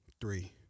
three